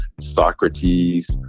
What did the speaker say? Socrates